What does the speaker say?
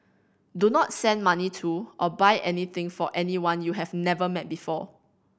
do not send money to or buy anything for anyone you have never met before